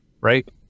right